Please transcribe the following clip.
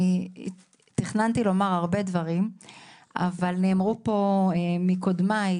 תכננתי לומר הרבה דברים אבל נאמרו פה מקודמיי